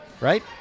right